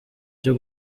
cyo